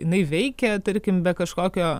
jinai veikia tarkim be kažkokio